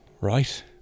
right